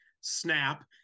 snap